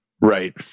Right